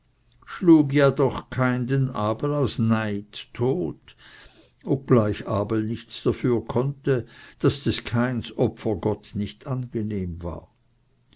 schlug ja doch kain den abel aus neid tot obgleich abel nichts dafür konnte daß des kains opfer gott nicht angenehm war